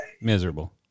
Miserable